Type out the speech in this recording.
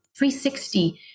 360